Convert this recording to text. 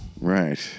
Right